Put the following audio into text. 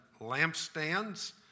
lampstands